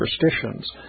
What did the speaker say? superstitions